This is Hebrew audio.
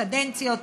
קדנציות,